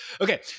Okay